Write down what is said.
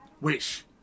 Wish